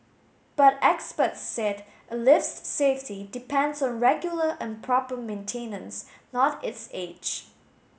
but experts said a lift's safety depends on regular and proper maintenance not its age